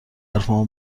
حرفمو